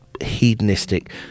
hedonistic